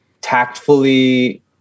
tactfully